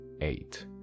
Eight